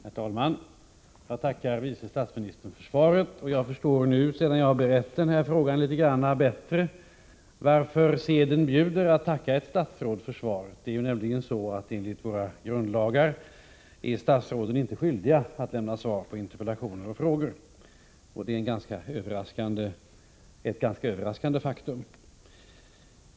Herr talman! Jag tackar vice statsministern för svaret. Jag förstår nu, sedan jag berett den här frågan litet bättre, varför seden bjuder att tacka ett statsråd för svaret. Det är nämligen så att statsråden enligt våra grundlagar inte är skyldiga att lämna svar på interpellationer och frågor. Det är ett ganska överraskande faktum.